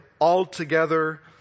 altogether